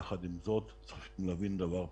יחד עם זאת, צריך להבין דבר פשוט,